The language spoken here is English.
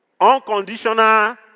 Unconditional